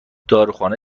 داروخانه